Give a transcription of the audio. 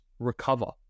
Recover